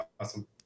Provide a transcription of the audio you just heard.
awesome